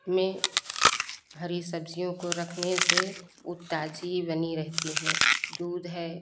में हरी सब्जियों को रखने से वह ताजी बनी रहती हैं दूध है